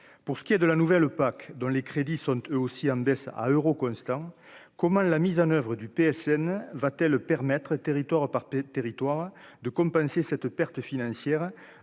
pour ce qui est de la nouvelle PAC dont les crédits sont eux aussi en baisse à euros constants, comment la mise en oeuvre du PSN va-t-elle permettre et territoires éparpillés, territoire de compenser cette perte financière